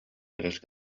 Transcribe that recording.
элэс